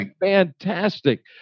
Fantastic